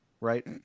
right